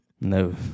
No